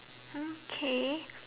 okay